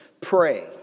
pray